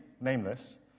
nameless